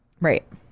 Right